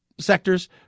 Sectors